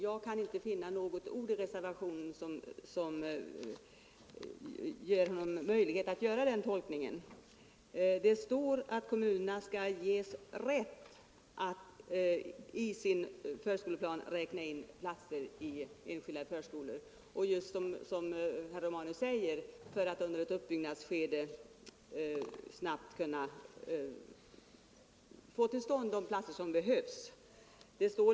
Jag kan inte finna något ord i reservationen som ger möjlighet till den tolkningen. I reservationen I står att kommunerna skall ges rätt att i sin förskoleplan räkna in platser i enskilda förskolor för att under ett uppbyggnadsskede snabbt kunna få till stånd de platser som behövs.